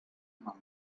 monk